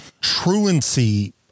truancy